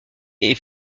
est